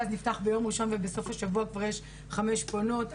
נפתח ביום ראשון ובסוף השבוע כבר יש חמש פונות.